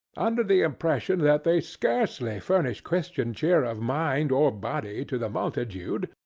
under the impression that they scarcely furnish christian cheer of mind or body to the multitude,